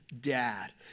dad